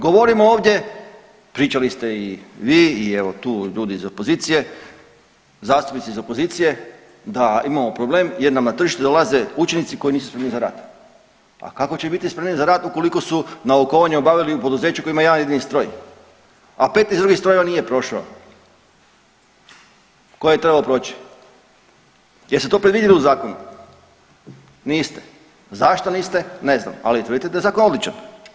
Govorim ovdje, pričali ste i vi i evo tu ljudi iz opozicije, zastupnici iz opozicije, da imamo problem jer nam na tržište dolaze učenici koji nisu spremni za rad, a kako će biti spremni za rad ukoliko su naukovanje obavili u poduzeću koje ima jedan jedini stroj, a 15 drugih strojeva nije prošao koje je trebao proći, jel ste to predvidjeli u zakonu, niste, zašto niste, ne znam, ali tvrdite da je zakon odličan.